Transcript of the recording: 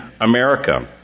America